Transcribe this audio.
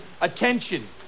Attention